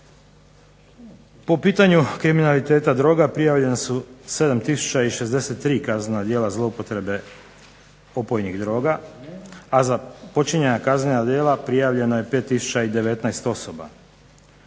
Po pitanju kriminaliteta droga prijavljene su 7 tisuća i 63 kaznena djela zloupotrebe opojnih droga, a za počinjena kaznena djela prijavljeno je 5 tisuća